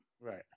Right